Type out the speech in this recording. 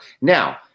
Now